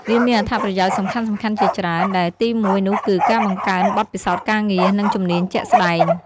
វាមានអត្ថប្រយោជន៍សំខាន់ៗជាច្រើន ដែលទីមួយនោះគឺការបង្កើនបទពិសោធន៍ការងារ និងជំនាញជាក់ស្តែង ។